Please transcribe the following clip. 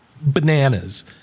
bananas